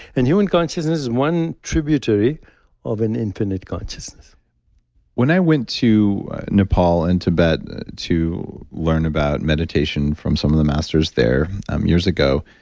and human consciousness is one tributary of an infinite consciousness when i went to nepal and tibet to learn about meditation from some of the masters there um years ago,